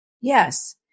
Yes